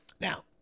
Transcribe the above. Now